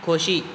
खोशी